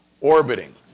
Orbiting